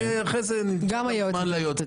ואחרי זה ניתן זמן ליועצת.